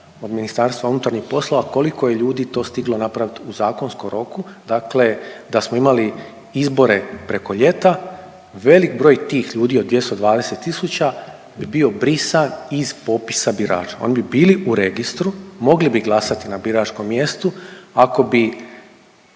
bi i tražit možda od MUP-a koliko je ljudi to stiglo napraviti u zakonskom roku dakle smo imali izbore preko ljeta, velik broj tih ljudi od 220 tisuća bi bio brisan iz popisa birača. Oni bi bili u registru mogli bi glasati na biračkom mjestu ako bi